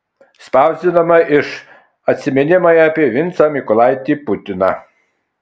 spausdinama iš atsiminimai apie vincą mykolaitį putiną